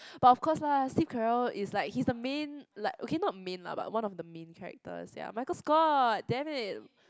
but of course lah Steve-Carell it's like he's the main like okay not main lah but one of the main characters ya Michael-Scott damn it